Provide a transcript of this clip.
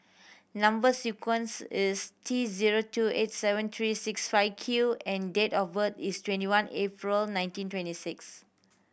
number sequence is T zero two eight seven three six five Q and date of birth is twenty one April nineteen twenty six